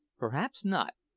perhaps not,